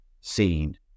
seen